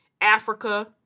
Africa